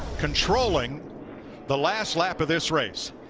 controlling the last lap of this race.